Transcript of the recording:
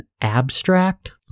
abstract